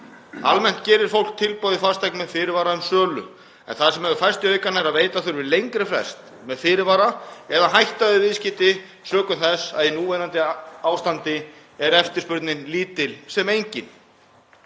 Almennt gerir fólk tilboð í fasteign með fyrirvara um sölu en það sem hefur færst í aukana er að veita þurfi lengri frest, með fyrirvara, eða hætta þurfi við viðskipti sökum þess að í núverandi ástandi er eftirspurnin lítil sem engin.